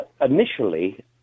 initially